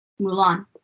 Mulan